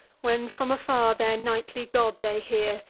when, from afar, their nightly god they hear,